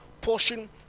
portion